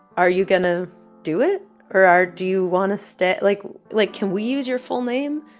are you going to do it, or are do you want to stay like, like can we use your full name?